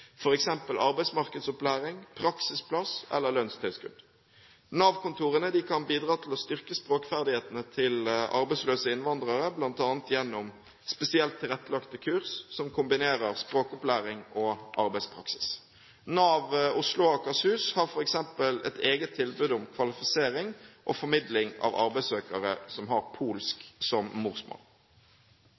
arbeidsmarkedsopplæring, praksisplass eller lønnstilskudd. Nav-kontorene kan bidra til å styrke språkferdighetene til arbeidsløse innvandrere, bl.a. gjennom spesielt tilrettelagte kurs som kombinerer språkopplæring og arbeidspraksis. Nav Oslo og Akershus har f.eks. et eget tilbud om kvalifisering og formidling av arbeidssøkere som har polsk som morsmål.